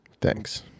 Thanks